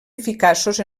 eficaços